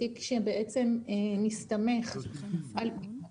בתיק שמסתמך על בדיקות